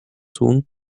tun